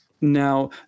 now